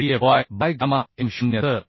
Jdfy by gamma M 0